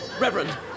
Reverend